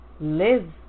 Live